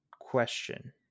question